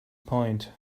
point